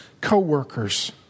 co-workers